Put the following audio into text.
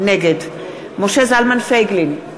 נגד משה זלמן פייגלין,